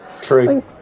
True